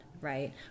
right